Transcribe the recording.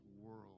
world